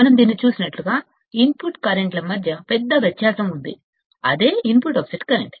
మనం దీనిని చూసినట్లుగా ఇన్పుట్ కర్రెంట్ల మధ్య పెద్ద వ్యత్యాసం ఉంది అదే ఇన్పుట్ ఆఫ్సెట్ కరెంట్